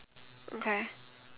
okay